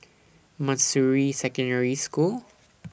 Manjusri Secondary School